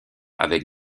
avec